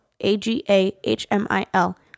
A-G-A-H-M-I-L